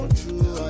true